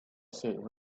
said